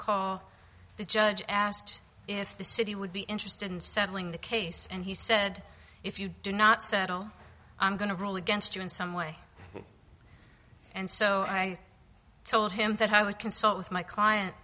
call the judge asked if the city would be interested in settling the case and he said if you do not settle i'm going to rule against you in some way and so i told him that i would consult with my client